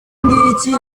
ngiki